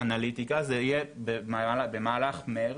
זה יהיה במהלך מרץ.